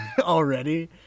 already